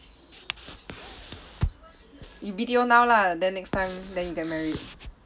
you B_T_O now lah then next time then you get married